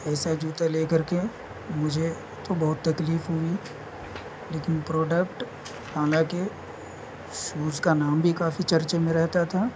ایسا جوتا لے کر کے مجھے تو بہت تکلیف ہوئی لیکن پروڈکٹ حالانکہ شوز کا نام بھی کافی چرچے میں رہتا تھا